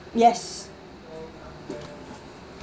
yes